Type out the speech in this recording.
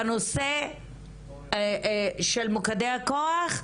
בנושא של מוקדי הכוח.